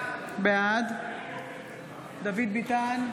בעד דוד ביטן,